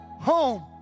home